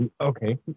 Okay